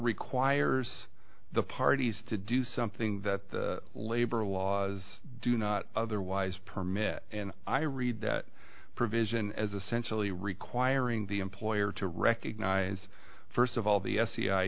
requires the parties to do something that the labor laws do not otherwise permit and i read that provision as essentially requiring the employer to recognize first of all the